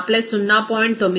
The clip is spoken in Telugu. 10 0